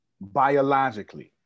biologically